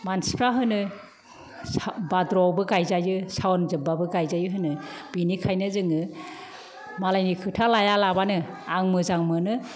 मानसिफ्रा होनो भाद्रयावबो गायजायो सावन जोब्बाबो गायजायो होनो बेनिखायनो जोङो मालायनि खोथा लाया लाबानो आं मोजां मोनो